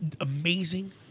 amazing